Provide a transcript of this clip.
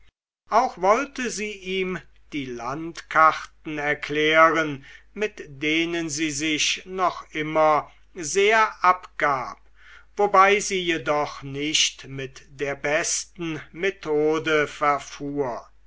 auch wollte sie ihm die landkarten erklären mit denen sie sich noch immer sehr abgab wobei sie jedoch nicht mit der besten methode verfuhr